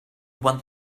want